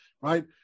Right